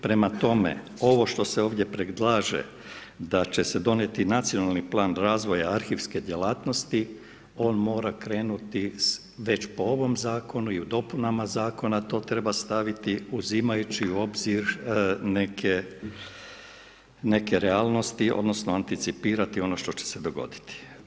Prema tome, ovo što se ovdje predlaže da će se donijeti Nacionalni plan razvoj arhivske djelatnosti, on mora krenuti već po ovom zakonu i u dopunama zakona to treba staviti uzimajući u obzir neke realnosti odnosno anticipirati ono što će se dogoditi.